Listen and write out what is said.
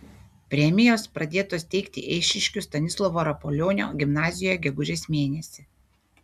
premijos pradėtos teikti eišiškių stanislovo rapolionio gimnazijoje gegužės mėnesį